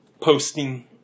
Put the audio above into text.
posting